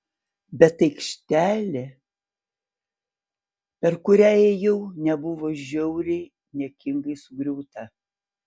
bet aikštelė per kurią ėjau nebuvo žiauriai niekingai sugriauta